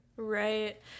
Right